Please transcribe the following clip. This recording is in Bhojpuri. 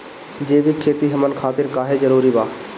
जैविक खेती हमन खातिर काहे जरूरी बा?